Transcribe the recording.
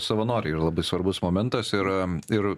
savanoriai yra labai svarbus momentas yra ir